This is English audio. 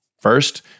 first